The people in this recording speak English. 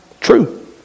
True